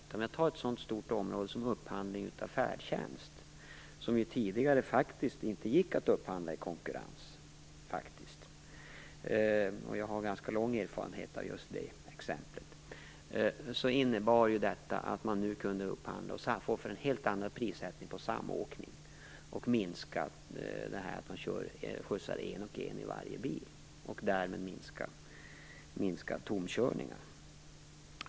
Ta ett sådant stort område som upphandling av färdtjänst. Färdtjänst gick faktiskt inte att upphandla i konkurrens tidigare - jag har ganska lång erfarenhet av just det exemplet. Avregleringen innebär att man nu kan upphandla och få samåkning till helt andra priser och minska det här med att man skjutsar en och en i varje bil. Därmed minskar man också tomkörningarna.